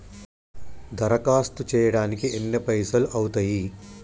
దరఖాస్తు చేయడానికి ఎన్ని పైసలు అవుతయీ?